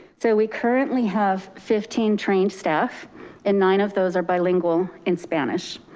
so we currently have fifteen trained staff and nine of those are bilingual in spanish,